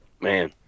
Man